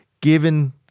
given